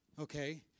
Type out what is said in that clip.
Okay